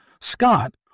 Scott